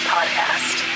Podcast